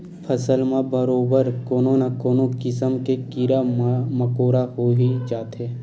फसल म बरोबर कोनो न कोनो किसम के कीरा मकोरा होई जाथे